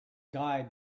guide